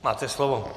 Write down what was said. Máte slovo.